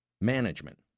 management